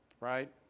Right